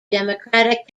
democratic